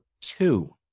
two